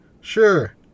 Sure